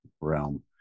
realm